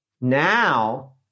Now